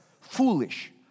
foolish